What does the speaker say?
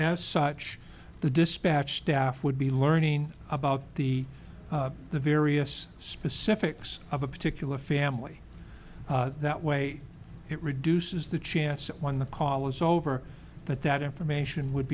as such the dispatch staff would be learning about the the various specifics of a particular family that way it reduces the chance that when the call is over that that information would